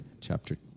chapter